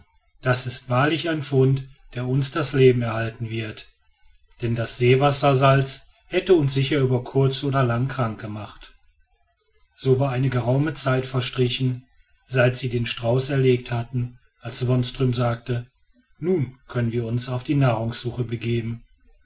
das ist wahrlich ein fund der uns das leben erhalten wird denn das seewassersalz hätte uns sicher über kurz oder lang krank gemacht so war eine geraume zeit verstrichen seit sie den strauß erlegt hatten als wonström sagte nun können wir uns auf die nachsuche begeben